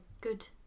good